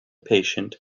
patient